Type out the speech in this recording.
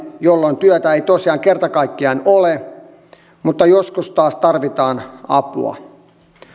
jolloin työtä ei tosiaan kerta kaikkiaan ole mutta joskus taas tarvitaan apua